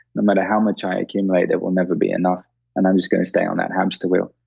no matter how much i accumulate, it will never be enough and i'm just going to stay on that hamster wheel.